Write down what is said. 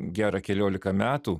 gerą keliolika metų